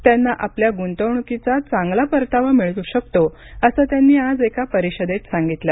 त्यांना आपल्या गुंतवणूकीचा चांगाला परतावा मिळू शकतो असं त्यांनी आज एका परिषदेत सांगितलं